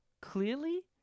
clearly